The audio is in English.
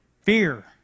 Fear